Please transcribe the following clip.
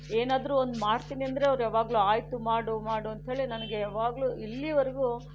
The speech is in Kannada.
ಏನಾದರೂ ಒಂದು ಮಾಡ್ತೀನಿ ಅಂದರೆ ಅವರು ಯಾವಾಗಲೂ ಆಯಿತು ಮಾಡು ಮಾಡು ಅಂತ ಹೇಳಿ ನನಗೆ ಯಾವಾಗಲೂ ಇಲ್ಲಿಯವರೆಗೂ